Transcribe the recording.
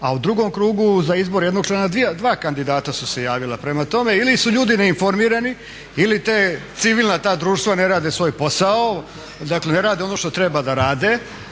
a u drugom krugu za izbor jednog člana 2 kandidata su se javila. Prema tome ili su ljudi neinformirani ili civilna ta društva ne rade svoj posao, dakle ne rade ono što treba da rade